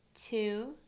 two